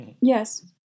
Yes